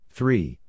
Three